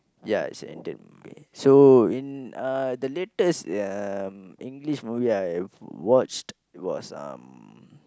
yeah it's Indian movie so in uh the latest um English movie I've watched was um